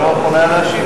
שלא יכול היה להשיב,